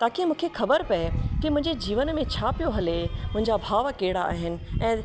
ताकि मूंखे ख़बर पए त मुंहिंजे जीवन में छा पियो हले मुंहिंजा भाव कहिड़ा आहिनि ऐं